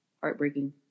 heartbreaking